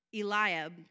Eliab